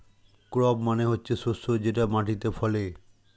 crop মানে হচ্ছে শস্য যেটা মাটিতে ফলে